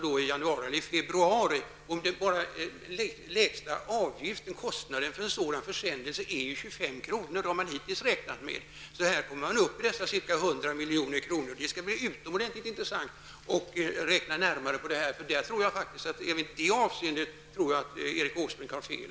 Den lägsta avgiften för en sådan försändelse är 25 kr., och man kommer då upp i dessa 100 milj.kr. Det skall bli utomordentligt intressant att räkna närmare på detta. Även i det avseendet tror jag att Erik Åsbrink har fel.